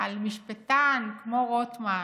על משפטן כמו רוטמן